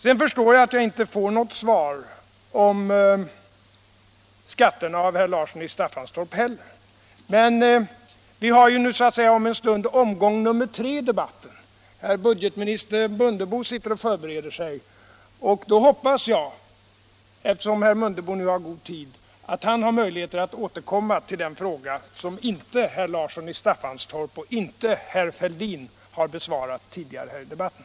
Sedan förstår jag att jag inte får något svar om skatterna av herr Larsson i Staffanstorp heller. Men vi har ju nu om en stund omgång nr 3 i debatten; herr budgetministern Mundebo sitter och förbereder sig. Då hoppas jag, eftersom herr Mundebo nu har god tid, att han har möjligheter att återkomma till den fråga som inte herr Larsson i Staffanstorp och inte herr Fälldin har besvarat tidigare här i debatten.